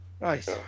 Nice